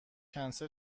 کنسل